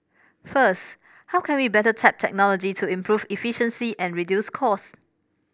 first how can we better tap technology to improve efficiency and reduce cost